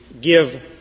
give